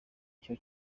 icyo